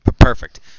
Perfect